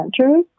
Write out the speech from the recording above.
centers